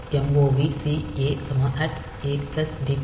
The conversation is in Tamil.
movc a adptr